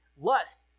lust